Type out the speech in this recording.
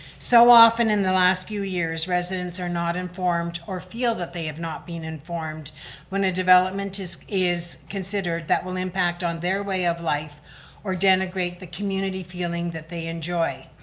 so often in the last few years, residents are not informed or feel that they have not been informed when a development is is considered that will impact on their way of life or denigrate the community feeling that they enjoy.